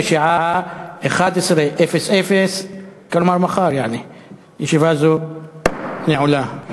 בשעה 11:00. ישיבה זאת נעולה.